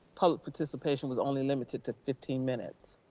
public participation was only limited to fifteen minutes.